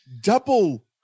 double